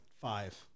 five